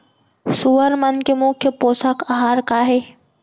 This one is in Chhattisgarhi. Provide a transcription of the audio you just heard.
सुअर मन के मुख्य पोसक आहार का हे?